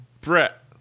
Brett